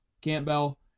Campbell